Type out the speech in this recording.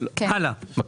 אני